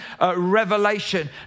revelation